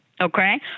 okay